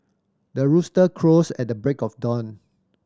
the rooster crows at the break of dawn